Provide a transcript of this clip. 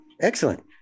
Excellent